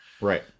Right